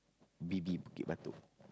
B_B Bukit-Batok